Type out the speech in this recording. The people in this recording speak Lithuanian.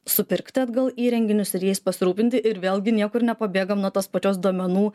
supirkti atgal įrenginius ir jais pasirūpinti ir vėlgi niekur nepabėgam nuo tos pačios duomenų